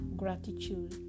gratitude